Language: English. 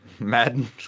Madden